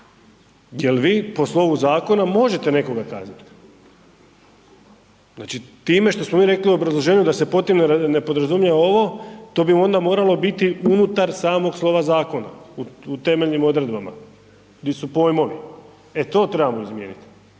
jel vi po slovu zakona možete nekoga kaznit, znači time što smo mi rekli u obrazloženju da se pod time ne podrazumijeva ovo, to bi onda moralo biti unutar samog slova zakona, u temeljnim odredbama di su pojmovi, e to trebamo izmijeniti